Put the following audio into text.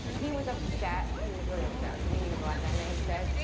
he was upset, he was really upset. like he didn't even go out that night he said,